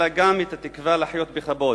אלא גם את התקווה לחיות בכבוד.